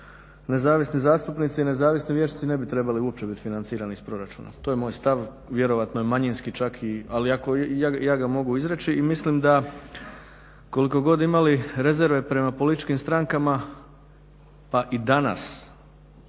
nezavisni vijećnici i nezavisni zastupnici ne bi trebali uopće biti financirani iz proračuna, to je moj stav vjerojatno je manjinski čak ali ja ga mogu izreći. I mislim da koliko god imali rezerve prema političkim strankama pa i danas